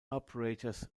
operators